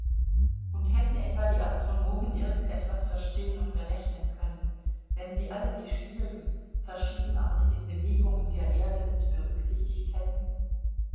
und hätten etwa die astronomen irgend etwas verstehen und berechnen können wenn sie alle die schwierigen verschiedenartigen bewegungen der erde mit berücksichtigt hätten